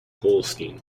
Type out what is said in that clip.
holstein